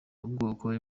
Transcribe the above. ubwoko